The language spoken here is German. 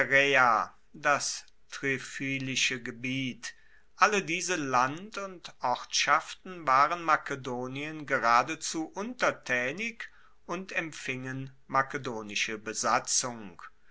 das triphylische gebiet alle diese land und ortschaften waren makedonien geradezu untertaenig und empfingen makedonische besatzung